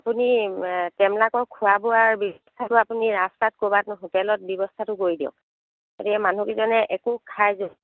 আপুনি টেমনা ক' খুৱাব আৰু আৰু আপুনি ৰাস্তাত ক'ৰবাত খুওৱাৰ ব্যৱস্থাটো কৰি দিয়ক গতিকে মানুহকেইজনে একো খাই যোৱা